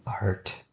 art